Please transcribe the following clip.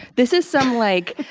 this is some, like,